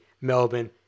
Melbourne